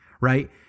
right